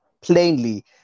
plainly